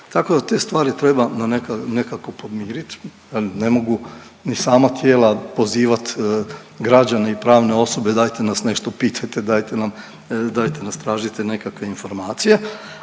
tako da te stvari treba na neka, nekako pomiriti, ne mogu ni sama tijela pozivati građane i pravne osobe, dajte nas nešto pitajte, dajte nas tražite nekakve informacije,